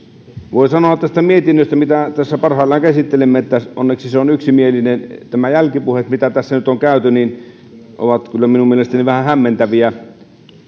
voi sanoa tästä mietinnöstä mitä tässä parhaillaan käsittelemme että onneksi se on yksimielinen nämä jälkipuheet mitä tässä on nyt on käyty ovat kyllä minun mielestäni vähän hämmentäviä